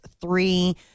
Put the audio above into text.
three